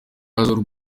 azwiho